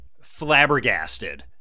flabbergasted